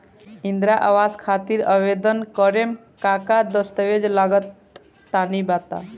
इंद्रा आवास खातिर आवेदन करेम का का दास्तावेज लगा तऽ तनि बता?